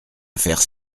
affaire